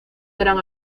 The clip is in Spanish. gran